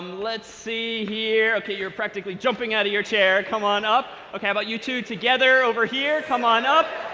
let's see here, ok, you're practically jumping out of your chair. come on up. ok. how about you two together over here, come on up.